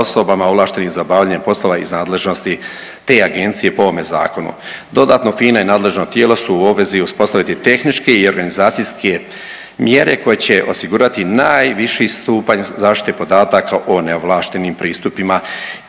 ovlaštenim za obavljanje poslova iz nadležnosti te agencije po ovome zakonu. Dodatno FINA i nadležno tijelo su u obvezi uspostaviti tehničke i organizacijske mjere koje će osigurati najviši stupanj zaštite podataka o neovlaštenim pristupima